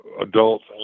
adults